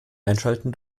einschalten